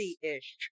ish